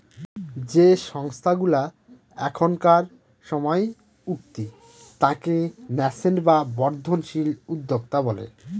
যে সংস্থাগুলা এখনকার সময় উঠতি তাকে ন্যাসেন্ট বা বর্ধনশীল উদ্যোক্তা বলে